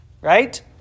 right